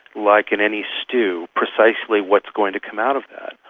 like in any stew, precisely what's going to come out of that.